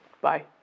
Bye